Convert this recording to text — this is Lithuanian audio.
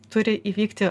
turi įvykti